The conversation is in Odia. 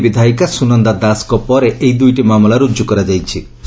ବରି ବିଧାୟିକା ସ୍ୱନନ୍ଦା ଦାସଙ୍କ ପରେ ଏହି ଦୁଇଟି ମାମଲା ରୁଜୁ କରାଯାଇଛି